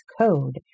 code